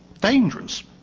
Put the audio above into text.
dangerous